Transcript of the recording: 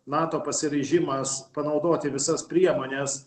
nato pasiryžimas panaudoti visas priemones